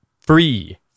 free